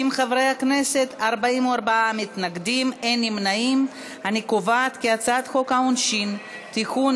מסדר-היום את הצעת חוק העונשין (תיקון,